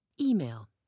Email